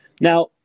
Now